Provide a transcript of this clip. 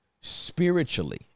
Spiritually